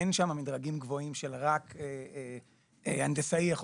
אין שם מדרגים גבוהים של רק הנדסאי יכול